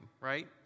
right